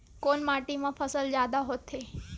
कोन माटी मा फसल जादा होथे?